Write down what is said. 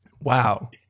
Wow